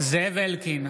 זאב אלקין,